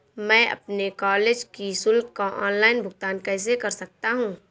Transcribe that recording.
मैं अपने कॉलेज की शुल्क का ऑनलाइन भुगतान कैसे कर सकता हूँ?